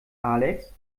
alex